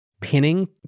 Pinning